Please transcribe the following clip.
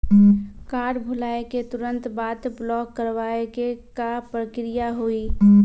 Card भुलाए के तुरंत बाद ब्लॉक करवाए के का प्रक्रिया हुई?